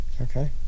Okay